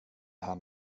han